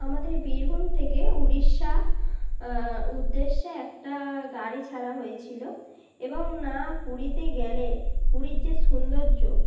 আমাদের বীরভূম থেকে উড়িষ্যা উদ্দেশ্যে একটা গাড়ি ছাড়া হয়েছিলো এবং না পুরীতে গেলে পুরীর যে সৌন্দর্য